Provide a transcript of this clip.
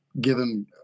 given